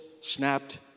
snapped